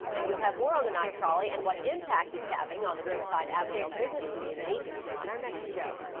and we'll have more on the night trolley and what impact it's having on the riverside-avondale business community on our next show.